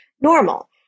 normal